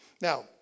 Now